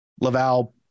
laval